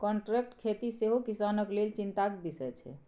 contract खेती सेहो किसानक लेल चिंताक बिषय छै